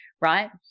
right